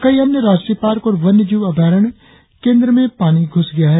कई अन्य राष्ट्रीय पार्क और वन्यजीव अभ्यारण्य केंद्र में पानी घुस गया है